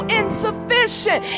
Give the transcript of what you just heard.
insufficient